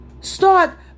Start